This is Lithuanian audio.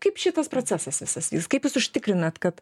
kaip kaip šitas procesas visas jis kaip jūs užtikrinat kad